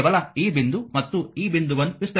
ಕೇವಲ ಈ ಬಿಂದು ಮತ್ತು ಈ ಬಿಂದುವನ್ನು ವಿಸ್ತರಿಸಿ